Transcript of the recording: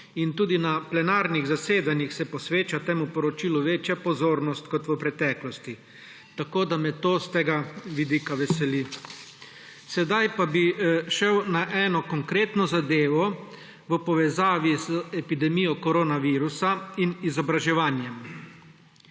in tudi na plenarnih zasedanjih se posveča temu poročilu večja pozornost kot v preteklosti. S tega vidika me to veseli. Sedaj pa bi šel na eno konkretno zadevo v povezavi z epidemijo koronavirusa in izobraževanjem.